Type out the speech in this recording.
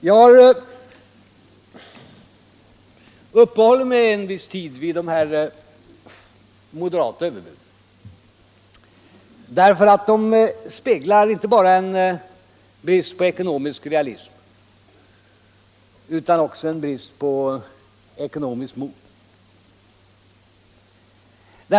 Jag har uppehållit mig rätt länge vid de moderata överbuden därför att de speglar inte bara en brist på ekonomisk realism utan också brist på ekonomiskt mod.